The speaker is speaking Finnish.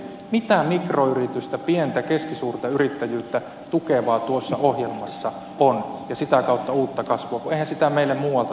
mitä mikroyrittäjyyttä pientä keskisuurta yrittäjyyttä tukevaa tuossa ohjelmassa on ja sitä kautta uutta kasvua kun eihän sitä meille muualta tule